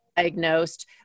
Diagnosed